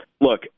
look